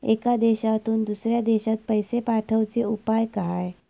एका देशातून दुसऱ्या देशात पैसे पाठवचे उपाय काय?